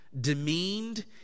demeaned